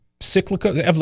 cyclical